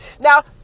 Now